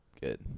Good